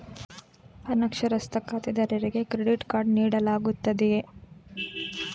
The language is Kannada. ಅನಕ್ಷರಸ್ಥ ಖಾತೆದಾರರಿಗೆ ಕ್ರೆಡಿಟ್ ಕಾರ್ಡ್ ನೀಡಲಾಗುತ್ತದೆಯೇ?